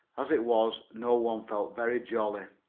as it was, no one felt very jolly.